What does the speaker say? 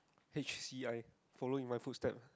H_C_I follow in my foot step